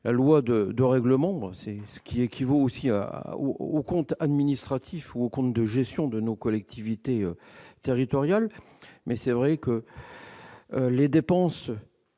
la loi de de règlements, c'est ce qui équivaut aussi à à au compte administratif au compte de gestion de nos collectivités territoriales mais c'est vrai que les dépenses